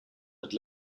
had